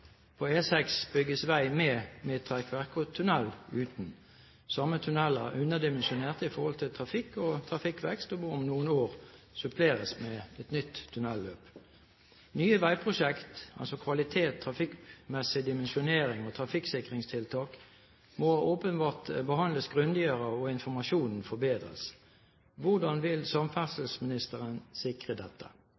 På E6 bygges vei med midtrekkverk og tunnel uten. Samme tunnel er underdimensjonert i forhold til trafikk og trafikkvekst, og må om noen år suppleres med et nytt tunnelløp. Nye veiprosjekt – kvalitet, trafikkmessig dimensjonering og trafikksikringstiltak – må åpenbart behandles grundigere og informasjonen forbedres. Hvordan vil